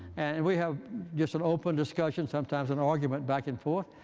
and we have just an open discussion, sometimes an argument, back and forth.